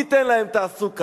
ניתן להם תעסוקה,